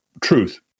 truth